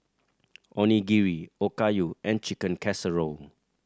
Onigiri Okayu and Chicken Casserole